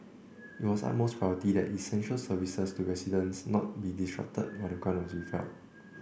it was the utmost priority that essential services to residents not be disrupted while the grant was withheld